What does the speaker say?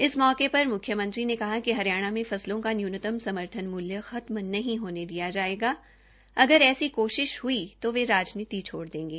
इस मौके पर म्ख्यमंत्री ने कहा कि हरियाणा में फसलों का न्यूनतम समर्थन मूल्य खत्म नहीं होने दिया जायेगा अगर ऐसी कोशिश हई तो वे राजनीति छोड़ देंगे